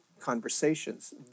conversations